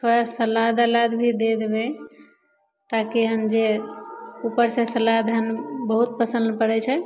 थोड़ा सलाद अलाद भी दे देबै ताकि हँ जे उपरसे सलाद हँ बहुत पसन्द पड़ै छै